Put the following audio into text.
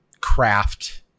craft